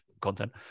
content